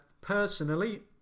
Personally